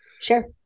Sure